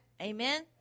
Amen